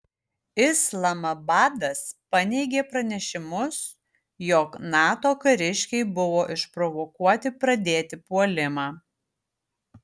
islamabadas paneigė pranešimus jog nato kariškiai buvo išprovokuoti pradėti puolimą